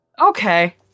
Okay